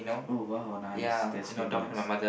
oh !wow! nice that's really nice